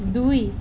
দুই